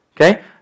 Okay